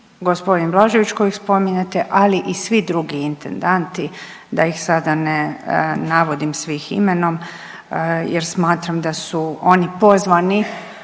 i g. Blažević kojeg spominjete, ali i svi drugi intendanti da ih sada ne navodim svih imenom jer smatram da su oni pozvani